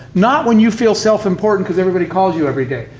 not when you feel self-important because everybody calls you every day.